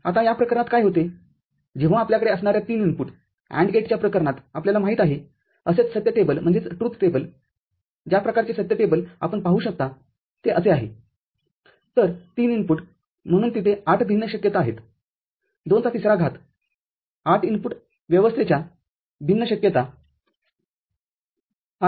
आता या प्रकरणात काय होते जेव्हा आपल्याकडे असणाऱ्या ३ इनपुट AND गेटच्याप्रकरणातआपल्याला माहित आहेअसेच सत्य टेबलज्या प्रकारचे सत्य टेबल आपण अपेक्षा करू शकता ते असे आहे तर३ इनपुटम्हणूनतिथे ८भिन्न शक्यता आहेत२चा तिसरा घात ८ इनपुट व्यवस्थेच्या ८ भिन्न शक्यता